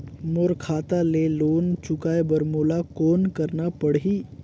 मोर खाता ले लोन चुकाय बर मोला कौन करना पड़ही?